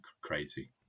crazy